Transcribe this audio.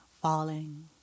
falling